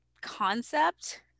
concept